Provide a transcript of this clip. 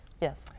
Yes